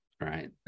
right